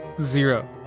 zero